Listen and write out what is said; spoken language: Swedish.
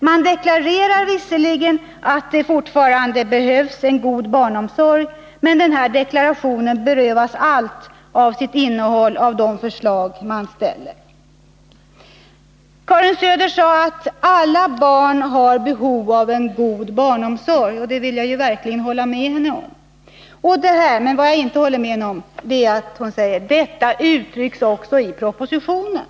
Man deklarerar visserligen fortfarande att det behövs en god barnomsorg, men denna deklaration berövas allt av sitt innehåll genom de förslag man ställer. Karin Söder sade att alla barn har behov av en god barnomsorg, och det vill jag verkligen hålla med henne om. Men jag håller inte med henne när hon säger att detta också uttrycks i propositionen.